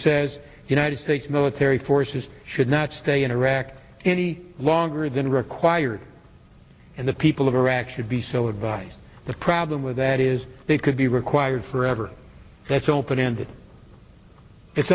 says united states military forces should not stay in iraq any longer than required and the people of iraq should be celebuzz the problem with that is they could be required forever that's open ended it's